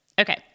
Okay